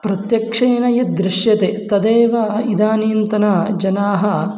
प्रत्यक्षेन यद् दृश्यते तदेव इदानीन्तन जनाः